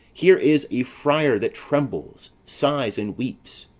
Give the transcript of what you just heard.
here is a friar that trembles, sighs, and weeps.